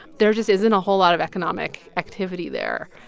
there just isn't a whole lot of economic activity there.